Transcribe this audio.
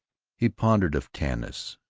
he pondered of tanis.